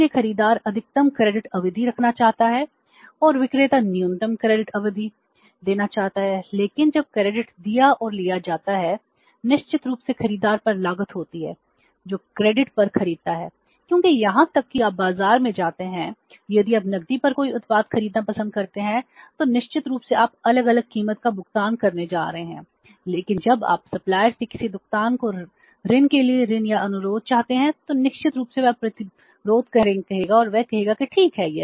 इसलिए खरीदार अधिकतम क्रेडिट अवधि या किसी दुकानदार को ऋण के लिए ऋण या अनुरोध चाहते हैं तो निश्चित रूप से वह प्रतिरोध कहेंगे और वे कहेंगे कि ठीक है